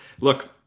look